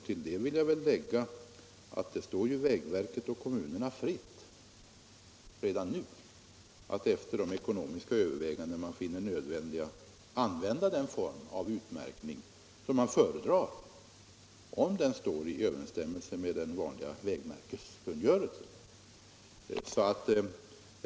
Till detta vill jag lägga att det står vägverket och kommunerna fritt redan nu att efter de ekonomiska överväganden man finner nödvändiga använda den form av utmärkning som man föredrar, om den står i överensstämmelse med vägmärkeskungörelsen.